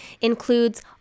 includes